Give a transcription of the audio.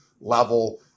level